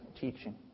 teaching